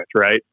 right